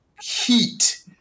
heat